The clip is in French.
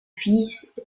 fils